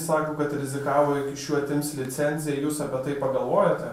sako kad rizikavo jog iš jų atims licenciją jūs apie tai pagalvojote